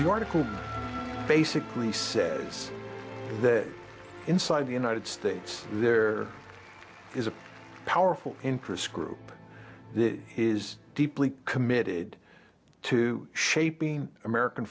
the article basically says that inside the united states there is a powerful interest group that is deeply committed to shaping american